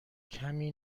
کمی